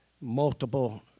multiple